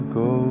go